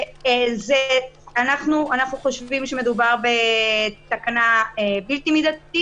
אנחנו חושבים שמדובר בתקנה בלתי מידתית.